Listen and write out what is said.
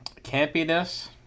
campiness